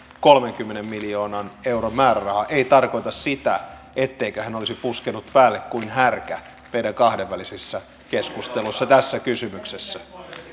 kolmenkymmenen miljoonan euron määrärahaa ei tarkoita sitä etteikö hän olisi puskenut päälle kuin härkä meidän kahdenvälisissä keskusteluissa tässä kysymyksessä